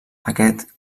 aquest